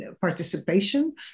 participation